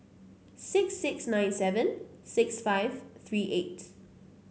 six six nine seven six five three eight